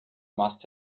must